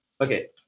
Okay